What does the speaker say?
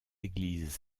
églises